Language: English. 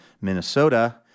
Minnesota